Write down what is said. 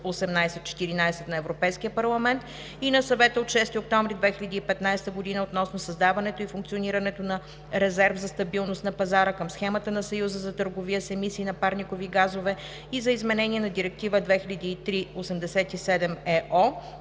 2015/1814 на Европейския парламент и на Съвета от 6 октомври 2015 година относно създаването и функционирането на резерв за стабилност на пазара към схемата на Съюза за търговия с емисии на парникови газове и за изменение на Директива 2003/87/ЕО